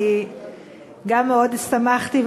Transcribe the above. גם אני מאוד שמחתי,